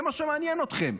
זה מה שמעניין אתכם,